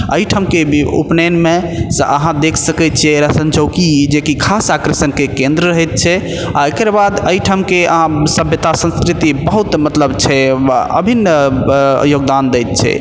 एहि ठामके भी उपनयनमे से अहाँ देख सकैत छियै रसन चौकी जे कि खास आकर्षणके केन्द्र रहैत छै आ एकरबाद एहि ठामके सभ्यता संस्कृति बहुत मतलब छै अभिन्न योगदान दैत छै